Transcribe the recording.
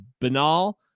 banal